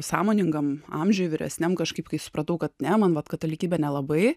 sąmoningam amžiui vyresniam kažkaip kai supratau kad ne man vat katalikybė nelabai